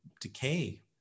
decay